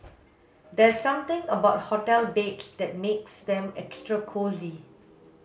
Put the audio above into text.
there's something about hotel beds that makes them extra cosy